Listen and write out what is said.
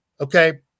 Okay